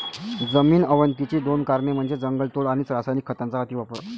जमीन अवनतीची दोन कारणे म्हणजे जंगलतोड आणि रासायनिक खतांचा अतिवापर